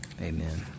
amen